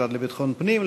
המשרד לביטחון פנים,